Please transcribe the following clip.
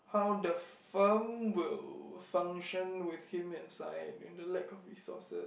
how the firm will function with him inside in the lack of resources